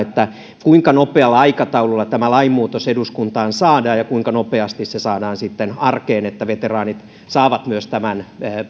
kuinka nopealla aikataululla tämä lainmuutos eduskuntaan saadaan ja kuinka nopeasti se saadaan sitten arkeen niin että veteraanit myös saavat tämän